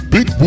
Big